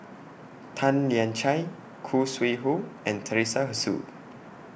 Tan Lian Chye Khoo Sui Hoe and Teresa Hsu